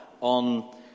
on